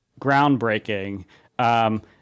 groundbreaking